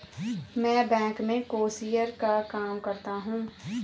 मैं बैंक में कैशियर का काम करता हूं